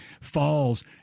falls